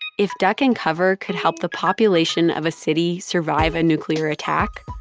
if duck and cover could help the population of a city survive a nuclear attack,